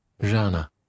Jana